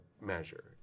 measure